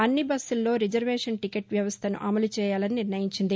అన్ని బస్సుల్లో reservation ticket వ్యవస్టను అమలు చేయాలని నిర్ణయించింది